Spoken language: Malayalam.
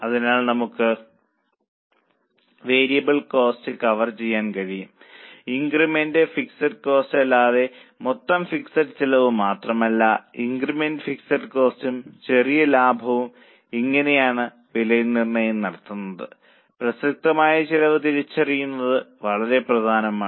അതിനാൽ നമുക്ക് വേരിയബിൾ കോസ്റ്റ് കവർ ചെയ്യാൻ കഴിയും ഇൻക്രിമെന്റൽ ഫിക്സഡ് കോസ്റ്റ് അല്ലാതെ മൊത്തം ഫിക്സഡ് ചിലവ് മാത്രമല്ല ഇൻക്രിമെന്റൽ ഫിക്സഡ് കോസ്റ്റും ചെറിയ ലാഭവും ഇങ്ങനെയാണ് വിലനിർണ്ണയം നടത്തുന്നത് പ്രസക്തമായ ചിലവ് തിരിച്ചറിയുന്നത് വളരെ പ്രധാനമാണ്